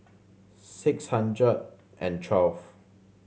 six hundred and twelve